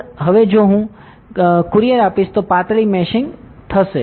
હવે જો હું કerરિયર આપીશ તો પાતળી મેશિંગ થશે